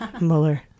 Mueller